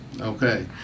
Okay